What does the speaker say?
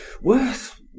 worth